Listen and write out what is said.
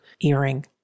earring